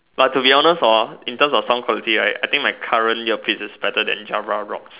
but to be honest hor in terms of sound quality right I think my current earpiece is better than Jabra-Rox